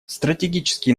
стратегические